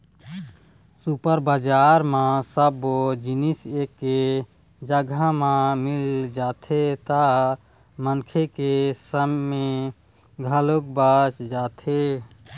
super बजार म सब्बो जिनिस एके जघा म मिल जाथे त मनखे के समे घलोक बाच जाथे